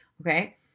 okay